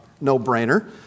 no-brainer